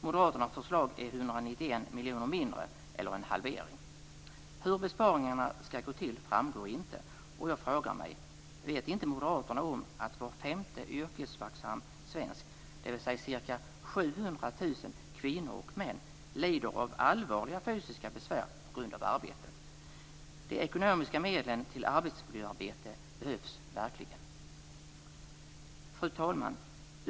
Moderaternas förslag är 191 miljoner mindre eller en halvering. Hur besparingarna skall gå till framgår inte och jag frågar mig: Vet inte moderaterna om att var femte yrkesverksam svensk, dvs. ca 700 000 kvinnor och män, lider av allvarliga fysiska besvär på grund av arbetet? De ekonomiska medlen till arbetsmiljöarbete behövs verkligen. Fru talman!